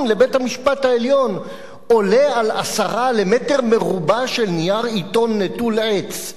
לבית-המשפט העליון עולה על עשרה למטר רבוע של נייר עיתון נטול עץ,